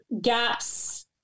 gaps